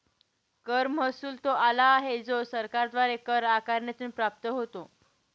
कर महसुल तो आला आहे जो सरकारद्वारे कर आकारणीतून प्राप्त होतो